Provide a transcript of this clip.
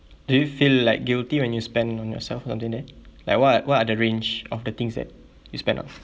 do you feel like guilty when you spend on yourself nandini like what what are the range of the things that you spend on